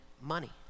money